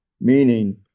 meaning